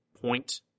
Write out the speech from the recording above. point